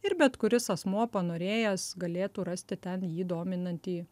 ir bet kuris asmuo panorėjęs galėtų rasti ten jį dominantį